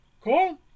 Cool